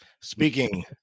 Speaking